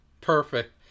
perfect